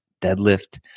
deadlift